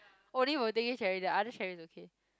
only birthday cake cherry the other cherry is okay